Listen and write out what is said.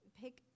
pick